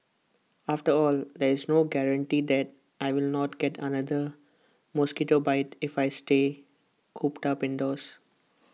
after all there's no guarantee that I will not get another mosquito bite if I stay cooped up indoors